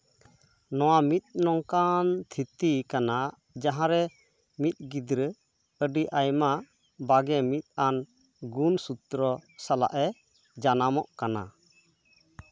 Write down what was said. ᱱᱚᱣᱟ ᱢᱤᱫ ᱱᱚᱝᱠᱟᱱ ᱛᱷᱤᱛᱤ ᱠᱟᱱᱟ ᱡᱟᱦᱟᱸ ᱨᱮ ᱢᱤᱫ ᱜᱤᱫᱽᱨᱟᱹ ᱟᱹᱰᱤ ᱟᱭᱢᱟ ᱵᱟᱜᱮ ᱢᱤᱫ ᱟᱱ ᱜᱩᱱ ᱥᱩᱛᱨᱚ ᱥᱟᱞᱟᱜᱼᱮ ᱡᱟᱱᱟᱢᱚᱜ ᱠᱟᱱᱟ